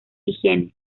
higiene